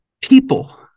People